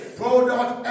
product